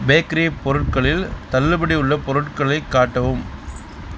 bakery பொருட்களில் தள்ளுபடி உள்ள பொருட்களை காட்டவும்